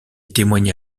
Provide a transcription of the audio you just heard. témoigna